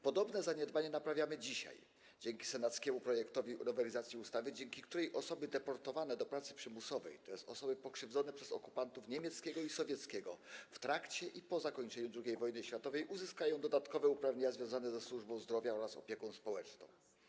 Podobne zaniedbanie naprawiamy dzisiaj dzięki senackiemu projektowi nowelizacji ustawy, dzięki której osoby deportowane do pracy przymusowej, tj. osoby pokrzywdzone przez okupantów niemieckiego i sowieckiego w trakcie i po zakończeniu II wojny światowej, uzyskają dodatkowe uprawnienia związane ze służbą zdrowia oraz opieką społeczną.